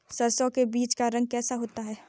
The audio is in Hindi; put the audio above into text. सरसों के बीज का रंग कैसा होता है?